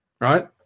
right